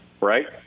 right